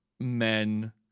men